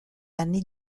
anni